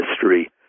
history